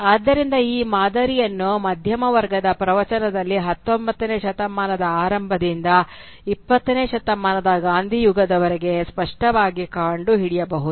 ಆದ್ದರಿಂದ ಈ ಮಾದರಿಯನ್ನು ಮಧ್ಯಮ ವರ್ಗದ ಪ್ರವಚನದಲ್ಲಿ 19 ನೇ ಶತಮಾನದ ಆರಂಭದಿಂದ 20 ನೇ ಶತಮಾನದ ಗಾಂಧಿ ಯುಗದವರೆಗೆ ಸ್ಪಷ್ಟವಾಗಿ ಕಂಡುಹಿಡಿಯಬಹುದು